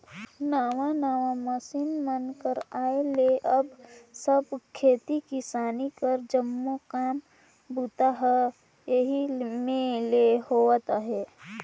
नावा नावा मसीन मन कर आए ले अब सब खेती किसानी कर जम्मो काम बूता हर एही मे ले होवत अहे